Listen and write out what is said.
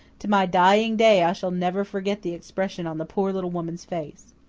to my dying day i shall never forget the expression on the poor little woman's face.